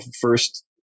first